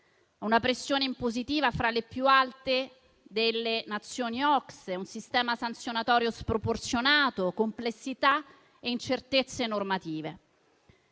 una pressione impositiva fra le più alte delle Nazioni OCSE, un sistema sanzionatorio sproporzionato, complessità e incertezze normative.